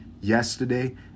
yesterday